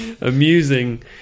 amusing